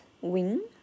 Wing